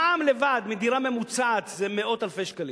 מע"מ לבד על דירה ממוצעת זה מאות אלפי שקלים.